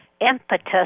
impetus